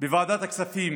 לוועדת הכספים